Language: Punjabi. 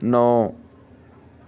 ਨੌ